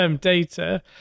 data